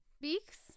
Beaks